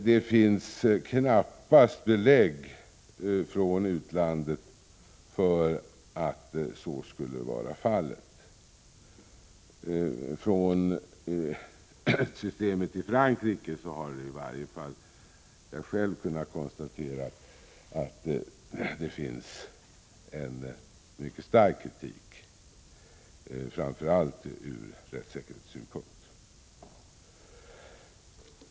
Det finns knappast belägg från utlandet för att så skulle vara fallet, och när det gäller systemet i Frankrike har jag själv kunnat konstatera att det mött en mycket stark kritik, framför allt från rättssäkerhetssynpunkt.